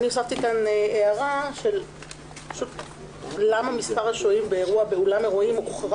הוספתי כאן הערה למה מספר השוהים באירוע באולם אירועים הוחרג